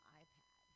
iPad